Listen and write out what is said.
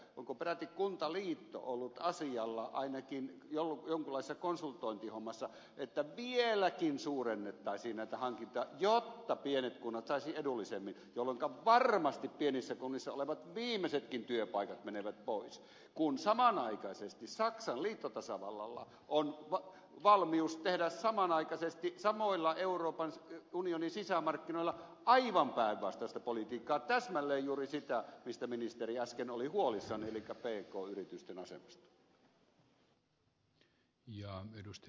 onko peräti kuntaliitto ollut asialla ainakin jonkinlaisessa konsultointihommassa että vieläkin suurennettaisiin näitä hankintoja jotta pienet kunnat saisivat edullisemmin jolloinka varmasti pienissä kunnissa olevat viimeisetkin työpaikat menevät pois kun samanaikaisesti saksan liittotasavallalla on valmius tehdä samoilla euroopan unionin sisämarkkinoilla aivan päinvastaista politiikkaa täsmälleen juuri sitä mistä ministeri äsken oli huolissaan pk yritysten asemasta